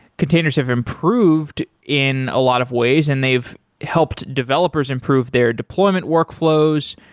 containers have improved in a lot of ways and they've helped developers improve their deployment workflows.